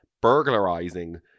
burglarizing